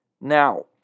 Now